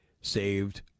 saved